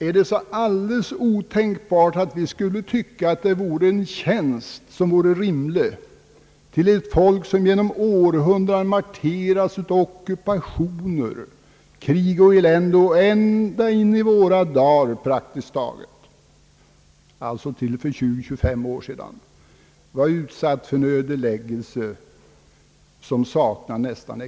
Borde vi inte anse att vi där gör en rimlig tjänst mot ett folk som under århundraden marterats av ockupationer, krig och annat elände och praktiskt taget ända in i våra dagar — till för 20—25 år sedan — varit utsatt för en ödeläggelse som nästan saknar motsvarighet.